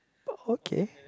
oh okay